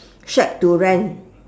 shack to rent